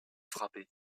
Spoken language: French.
frappé